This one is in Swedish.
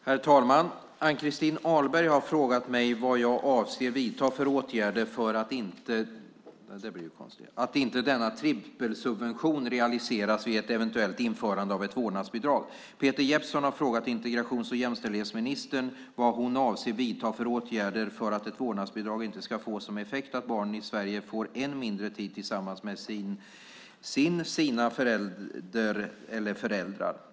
Herr talman! Ann-Christin Ahlberg har frågat mig vad jag avser att vidta för åtgärder för att inte denna trippelsubvention realiseras vid ett eventuellt införande av ett vårdnadsbidrag. Peter Jeppsson har frågat integrations och jämställdhetsministern vad hon avser att vidta för åtgärder för att ett vårdnadsbidrag inte ska få som effekt att barnen i Sverige får än mindre tid tillsammans med sin förälder eller sina föräldrar.